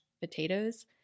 potatoes